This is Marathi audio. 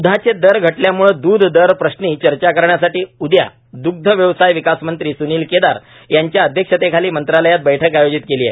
दुधाचे दर घटल्यामुळे दुध दर प्रश्नी चर्चा करण्यासाठी उदया दुग्ध व्यवसाय विकास मंत्री सुनील केदार यांच्या अध्यक्षतेखाली मंत्रालयात बैठक आयोजित केली आहे